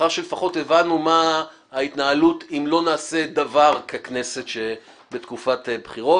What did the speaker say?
לפחות לאחר שהבנו מה ההתנהלות אם לא נעשה דבר ככנסת בתקופת בחירות